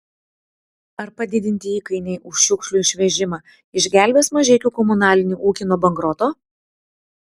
ar padidinti įkainiai už šiukšlių išvežimą išgelbės mažeikių komunalinį ūkį nuo bankroto